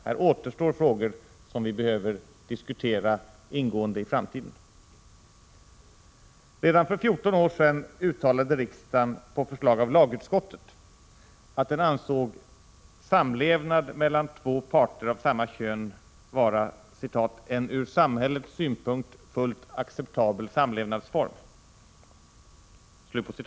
Här återstår frågor som vi behöver diskutera ingående i framtiden. Redan för 14 år sedan uttalade riksdagen på förslag av lagutskottet att den ansåg samlevnad mellan två parter av samma kön vara ”en ur samhällets synpunkt fullt acceptabel samlevnadsform”.